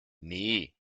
nee